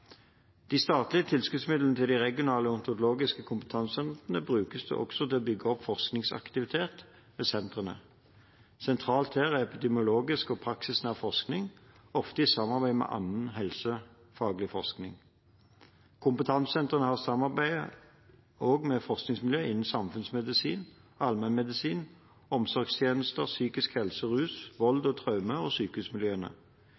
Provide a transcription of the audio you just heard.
De statlige tilskuddsmidlene til de regionale odontologiske kompetansesentrene brukes også til å bygge opp forskningsaktivitet ved sentrene. Sentralt her er epidemiologisk og praksisnær forskning, ofte i samarbeid med annen helsefaglig forskning. Kompetansesentrene samarbeider også med forskningsmiljøer innen samfunnsmedisin, allmennmedisin, omsorgstjenester, psykisk helse, rus, vold og traume og